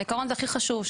העיקרון הוא הכי חשוב,